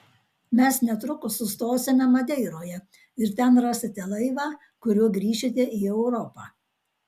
mes netrukus sustosime madeiroje ir ten rasite laivą kuriuo grįšite į europą